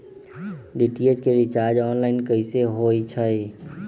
DTH के recharge online कैसे होईछई?